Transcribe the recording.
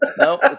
No